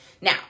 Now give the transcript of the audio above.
Now